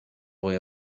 fwy